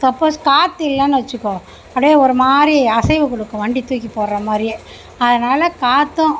suppose காற்று இல்லைனு வச்சுக்கோ அப்படியே ஒருமாதிரி அசைவு கொடுக்கும் வண்டி தூக்கிப் போடுற மாதிரியே அதனால காற்றும்